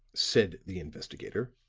said the investigator,